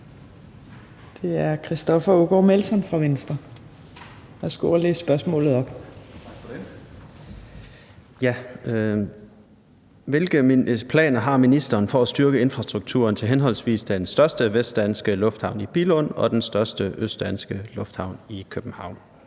af: Christoffer Aagaard Melson (V): Hvilke planer har ministeren for at styrke infrastrukturen til henholdsvis den største vestdanske lufthavn i Billund og den største østdanske lufthavn i København?